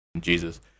Jesus